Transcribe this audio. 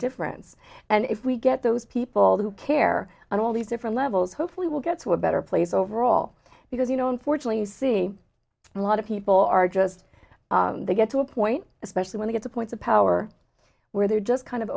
difference and if we get those people who care and all these different levels hopefully we'll get to a better place overall because you know unfortunately see a lot of people are just to get to a point especially when they get to point the power where they're just kind of